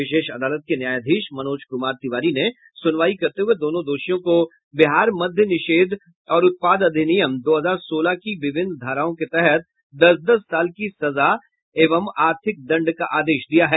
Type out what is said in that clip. विशेष अदालत के न्यायाधीश मनोज कुमार तिवारी ने सुनवाई करते हुए दोनों दोषियों को बिहार मद्य निषेध और उत्पाद अधिनियम दो हजार सोलह के विभिन्न धाराओं के तहत दस दस साल की सजा और आर्थिक दंड का आदेश दिया है